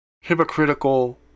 hypocritical